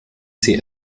sie